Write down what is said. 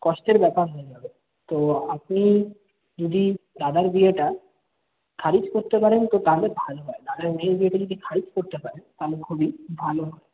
কষ্টের ব্যাপার হয়ে যাবে তো আপনি যদি দাদার বিয়েটা খারিজ করতে পারেন তো তাহলে ভালো হয় দাদার মেয়ের বিয়েটা যদি খারিজ করতে পারেন তাহলে খুবই ভালো হয়